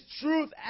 truth